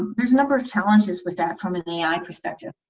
there's a number of challenges with that from an ai perspective.